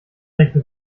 rechte